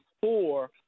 four